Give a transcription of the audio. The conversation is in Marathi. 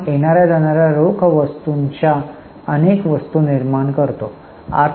आपण येणार्या आणि जाणार्या रोख वस्तूंच्या अनेक वस्तू निर्माण करतो